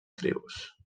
tribus